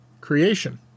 creation